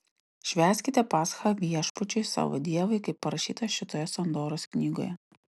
švęskite paschą viešpačiui savo dievui kaip parašyta šitoje sandoros knygoje